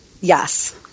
Yes